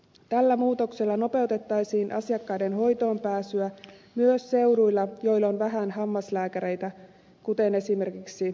tällä muutoksella nopeutettaisiin asiakkaiden hoitoonpääsyä myös seuduilla joilla on vähän hammaslääkäreitä kuten esimerkiksi lapissa